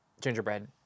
gingerbread